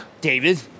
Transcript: David